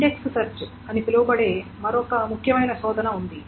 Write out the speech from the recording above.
index search అని పిలువబడే మరొక ముఖ్యమైన శోధన ఉంది